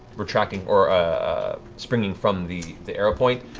retracting or ah springing from the the arrow point.